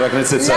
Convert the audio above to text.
חבר הכנסת סעדי.